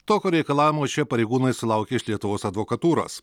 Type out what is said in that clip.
tokio reikalavimo šie pareigūnai sulaukė iš lietuvos advokatūros